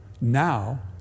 Now